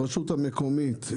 הרשות המקומית,